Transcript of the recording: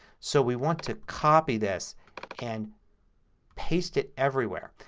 so we want to copy this and paste it everywhere.